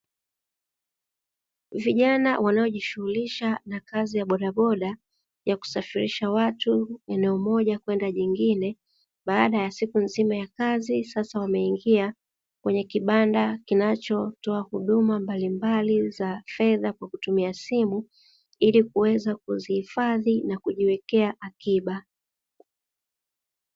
Vijana wanojishulisha na kazi ya bodaboda yakusafirisha watu eneo moja kwenda jingine baada ya siku nzima ya kazi sasa wameingia kwenye kibanda kinachotoa huduma mbalimbali za fedha kwa kutumia simu ilikuweza kuziifadhi na kiujiwekea akiba.